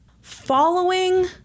Following